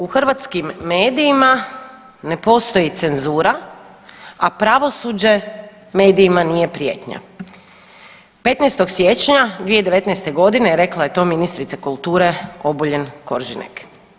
U hrvatskim medijima ne postoji cenzura, a pravosuđe medijima nije prijetnja, 15. siječnja 2019.g. rekla je to ministrica kulture Obuljen Koržinek.